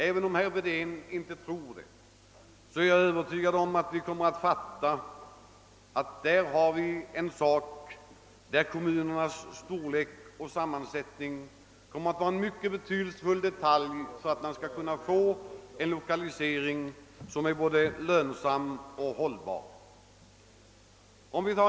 Även om herr Wedén inte tror det, så är jag övertygad om att kommunernas storlek och sammansättning kommer att vara en mycket betydelsefull detalj när det gäller att få till stånd en lokalisering som är både lönsam och hållbar.